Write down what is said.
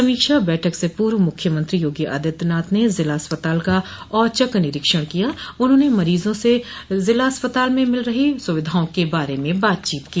समीक्षा बैठक से पूर्व मुख्यमंत्री योगी आदित्यनाथ ने जिला अस्पताल का औचक निरीक्षण किया उन्होंने मंरीजों से जिला अस्पताल से मिल रही सुविधाओं के बारे में बातचीत की